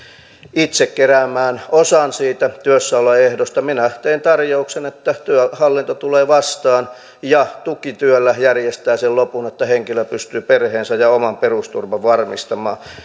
itse keräämään osan siitä työssäoloehdosta minä tein tarjouksen että työhallinto tulee vastaan ja tukityöllä järjestää sen lopun että henkilö pystyy perheensä ja oman perusturvansa varmistamaan